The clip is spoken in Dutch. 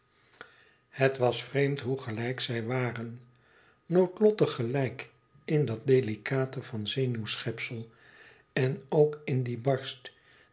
het was vreemd hoe gelijk zij waren noodlottig gelijk in dat delicate van zenuwschepsel en ook in dien barst